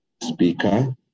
speaker